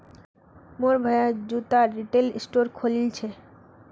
मोर भाया जूतार रिटेल स्टोर खोलील छ